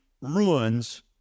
ruins